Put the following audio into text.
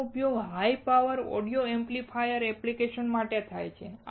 આનો ઉપયોગ high power audio amplifier application માટે થાય છે